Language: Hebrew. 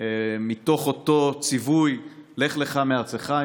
מתוך אותו ציווי: "לך לך מארצך,